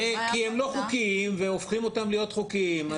כי הם לא חוקיים והופכים אותם להיות חוקים.